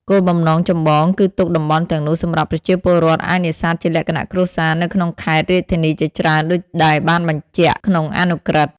គោលបំណងចម្បងគឺទុកតំបន់ទាំងនោះសម្រាប់ប្រជាពលរដ្ឋអាចនេសាទជាលក្ខណៈគ្រួសារនៅក្នុងខេត្ត-រាជធានីជាច្រើនដូចដែលបានបញ្ជាក់ក្នុងអនុក្រឹត្យ។